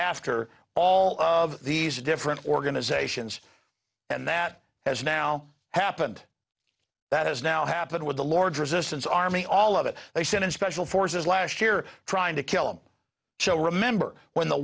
after all of these different organizations and that has now happened that has now happened with the lord's resistance army all of it they sent in special forces last year trying to kill him so remember when the